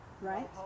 Right